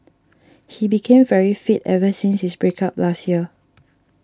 he became very fit ever since his break up last year